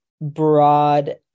broad